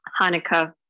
Hanukkah